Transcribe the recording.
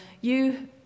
you